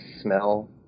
smell